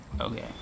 Okay